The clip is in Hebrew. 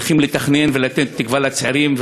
צריכים לתכנן ולתת תקווה לצעירים,